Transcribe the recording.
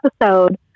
episode